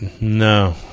No